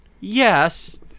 Yes